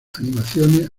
animaciones